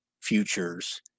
futures